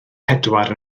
pedwar